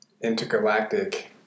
intergalactic